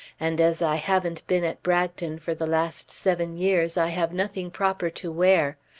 and as i haven't been at bragton for the last seven years i have nothing proper to wear.